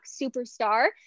superstar